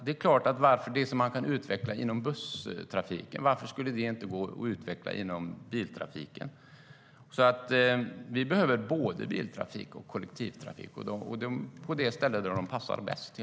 Det man kan utveckla inom busstrafiken, varför skulle det inte gå att utveckla inom biltrafiken?